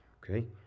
okay